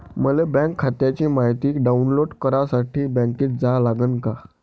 मले बँक खात्याची मायती डाऊनलोड करासाठी बँकेत जा लागन का?